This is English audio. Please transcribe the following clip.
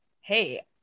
hey